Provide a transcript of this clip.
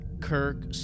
Kirk